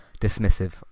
dismissive